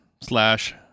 slash